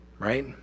Right